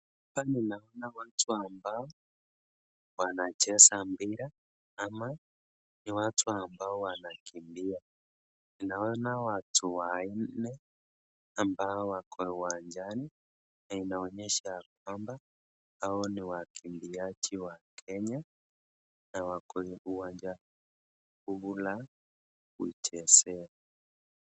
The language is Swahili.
Hapa ninaona watu ambao wanacheza mpira ama ni watu ambao wanakimbia, ninaona watu wanne ambao wako uwanjani na inaonyesha ya kwamba hawa ni wakimbiaji wa Kenya na wako uwanjani humu la kuchezea.